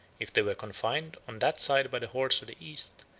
if they were confined on that side by the hordes of the east,